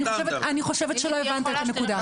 אני חושבת שלא הבנת את הנקודה.